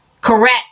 correct